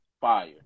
fire